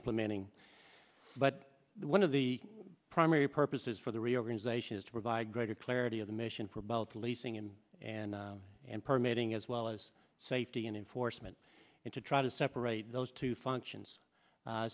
implementing but one of the primary purposes for the reorganization is to provide greater clarity of the mission for both leasing and and and permitting as well as safety and enforcement and to try to separate those two functions